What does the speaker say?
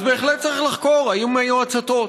אז בהחלט צריך לחקור אם היו הצתות.